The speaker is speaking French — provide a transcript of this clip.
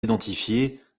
identifiées